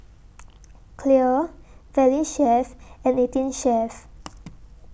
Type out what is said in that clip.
Clear Valley Chef and eighteen Chef